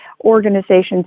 organizations